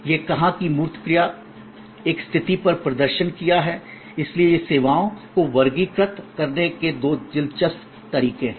इसलिए यह कहा कि मूर्त क्रिया एक स्थिति पर प्रदर्शन किया है इसलिए ये सेवाओं को वर्गीकृत करने के दो दिलचस्प तरीके है